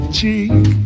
cheek